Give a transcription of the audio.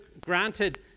granted